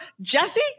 jesse